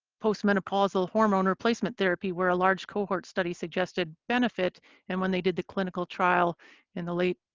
postmenopausal hormone replacement therapy where a large cohort study suggested benefit and when they did the clinical trial in the late